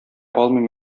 алмыйм